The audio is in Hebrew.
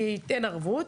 ייתן ערבות,